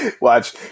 Watch